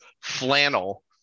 flannel